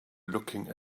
looking